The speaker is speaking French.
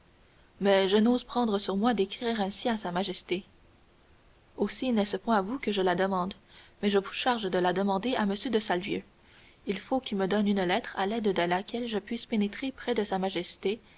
mais je n'ose prendre sur moi d'écrire ainsi à sa majesté aussi n'est-ce point à vous que je la demande mais je vous charge de la demander à m de salvieux il faut qu'il me donne une lettre à l'aide de laquelle je puisse pénétrer près de sa majesté